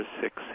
six